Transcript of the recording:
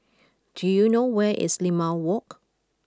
do you know where is Limau Walk